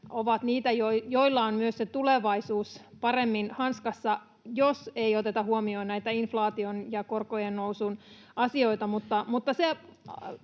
ovat niitä, joilla on myös se tulevaisuus paremmin hanskassa — jos ei oteta huomioon inflaation ja korkojen nousun asioita.